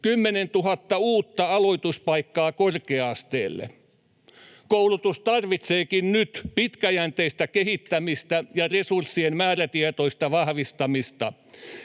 10 000 uutta aloituspaikkaa korkea-asteelle. Koulutus tarvitseekin nyt pitkäjänteistä kehittämistä ja resurssien määrätietoista vahvistamista.